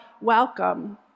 welcome